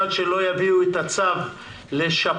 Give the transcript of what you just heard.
עד שלא יביאו את הצו לשפות